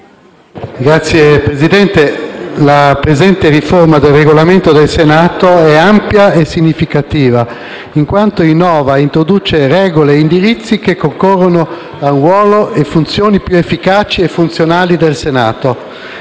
Signor Presidente, la presente riforma del Regolamento del Senato è ampia e significativa in quanto innova e introduce regole e indirizzi che concorrono a un ruolo e a funzioni più efficaci del Senato.